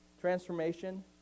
transformation